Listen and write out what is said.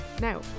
Now